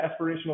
aspirational